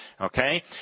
Okay